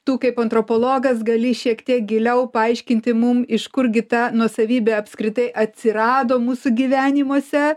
tų kaip antropologas gali šiek tiek giliau paaiškinti mum iš kurgi ta nuosavybė apskritai atsirado mūsų gyvenimuose